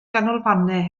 ganolfannau